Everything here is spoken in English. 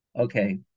Okay